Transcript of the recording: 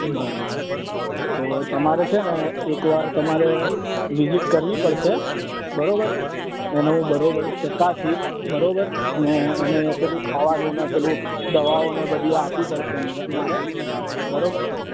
બરાબર તો તમારે છે ને એકવાર તમારે વિઝિટ કરવી પડશે બરાબર એનો બરાબર ચકાસી બરાબર ને એને પેલું ખાવાનું ને પેલું દવાઓને બધી આપવી પડશે એમને મારે બરાબર